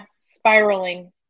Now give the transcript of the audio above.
spiraling